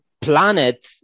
planet